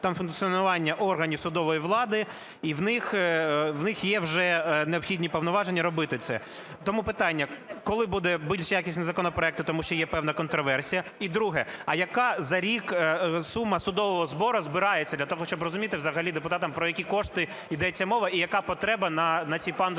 та функціонування органів судової влади, і в них є вже необхідні повноваження робити це. Тому питання: коли будуть якісні законопроекти, тому що є певна контраверсія? І друге. А яка за рік сума судового збору збирається? Для того, щоб розуміти взагалі депутатам, про які кошти ідеться мова і яка потреба на ці пандуси